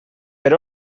per